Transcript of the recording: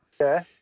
Okay